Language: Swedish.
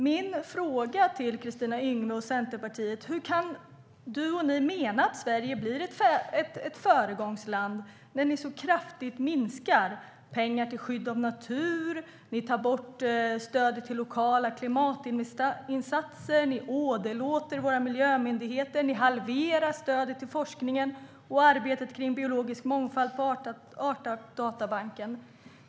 Min fråga till Kristina Yngwe och Centerpartiet är: Hur kan du och ni mena att Sverige blir ett föregångsland när ni så kraftigt minskar pengarna till skydd av natur, tar bort stödet till lokala klimatinsatser, åderlåter våra miljömyndigheter och halverar stödet till forskningen och arbetet kring biologisk mångfald på Artdatabanken?